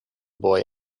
boy